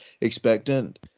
expectant